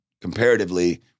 comparatively